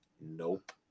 Nope